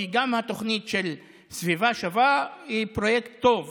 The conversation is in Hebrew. כי גם התוכנית "סביבה שווה" היא פרויקט טוב,